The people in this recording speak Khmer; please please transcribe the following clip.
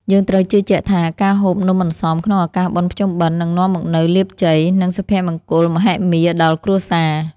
យើងត្រូវជឿជាក់ថាការហូបនំអន្សមក្នុងឱកាសបុណ្យភ្ជុំបិណ្ឌនឹងនាំមកនូវលាភជ័យ និង សុភមង្គលមហិមាដល់គ្រួសារ។